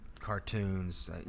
cartoons